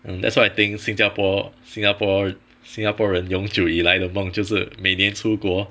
and that's why I think 新加坡新加坡新加坡人永久以来的梦就是每年出国